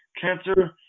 cancer